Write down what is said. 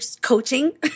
coaching